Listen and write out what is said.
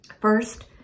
First